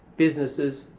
businesses,